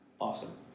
Awesome